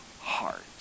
heart